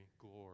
glory